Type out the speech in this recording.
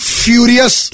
furious